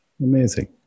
Amazing